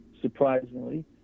surprisingly